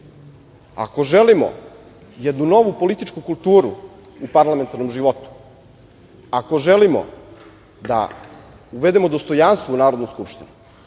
Ako želimo jednu novu političku kulturu u parlamentarnom životu, ako želimo da uvedemo dostojanstvo u Narodnu skupštinu,